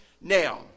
Now